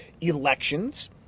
elections